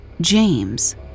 James